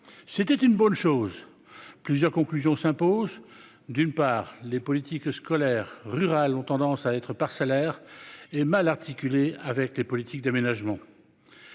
c'était une bonne chose, plusieurs conclusions s'imposent d'une part les politiques scolaires rural ont tendance à être parcellaire et mal articulé avec les politiques d'aménagement,